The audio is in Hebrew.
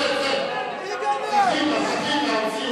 להוציא את, גנבים, גנבים.